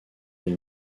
les